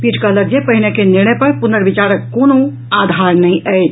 पीठ कहलक जे पहिने के निर्णय पर पुनर्विचारक कोनो आधार नहि अछि